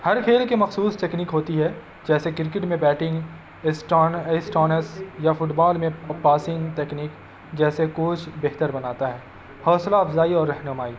ہر کھیل کے مخصوص تکنیک ہوتی ہے جیسے کرکٹ میں بیٹنگ اسٹ اسٹانس یا فٹ بال میں پاسنگ تکنیک جیسے کوچ بہتر بناتا ہے حوصلہ افزائی اور رہنمائی